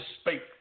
speak